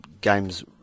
games